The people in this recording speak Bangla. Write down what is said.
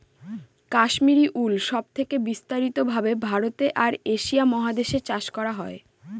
কাশ্মিরী উল সব থেকে বিস্তারিত ভাবে ভারতে আর এশিয়া মহাদেশে চাষ করা হয়